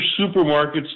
supermarkets